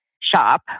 shop